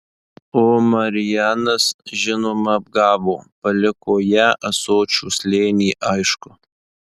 o marijanas žinoma apgavo paliko ją ąsočių slėny aišku